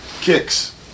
Kicks